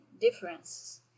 differences